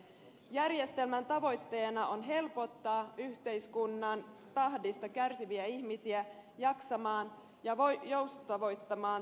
järjestelmän tavoitteena on helpottaa yhteiskunnan tahdista kärsiviä ihmisiä jaksamaan ja joustavoittaa työaikajärjestelmiä